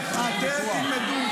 אתה נותן תשובה.